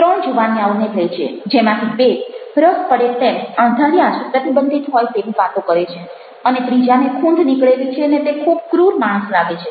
ત્રણ જુવાનીયાઓને લે છે જેમાંથી બે રસ પડે તેમ અણધાર્યા જ પ્રતિબંધિત હોય તેવી વાતો કરે છે અને ત્રીજાને ખૂંધ નીકળેલી છે ને તે ખૂબ ક્રૂર માણસ લાગે છે